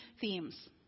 themes